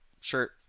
sure